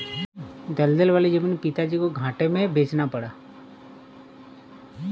दलदल वाला जमीन पिताजी को घाटे में बेचना पड़ा